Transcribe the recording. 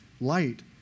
light